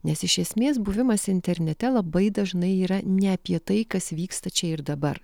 nes iš esmės buvimas internete labai dažnai yra ne apie tai kas vyksta čia ir dabar